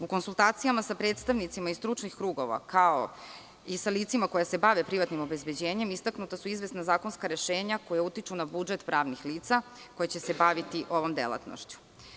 U konsultacijama sa predstavnicima iz stručnih krugova, kao i sa licima koja se bave privatnim obezbeđenjem, istaknuta su izvesna zakonska rešenja koja utiču na budžet pravnih lica koja će se baviti ovom delatnošću.